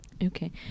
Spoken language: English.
Okay